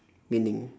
meaning